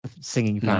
singing